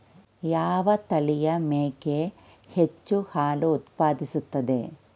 ಯಾವ ತಳಿಯ ಮೇಕೆ ಹೆಚ್ಚು ಹಾಲು ಉತ್ಪಾದಿಸುತ್ತದೆ?